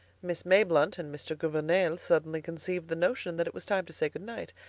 miss mayblunt and mr. gouvernail suddenly conceived the notion that it was time to say good night.